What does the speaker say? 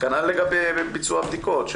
כנ"ל לגבי ביצוע הבדיקות.